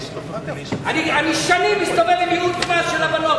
אני שנים מסתובב עם ייעוץ מס של הבנות.